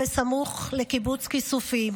סמוך לקיבוץ כיסופים,